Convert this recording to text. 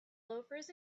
loafers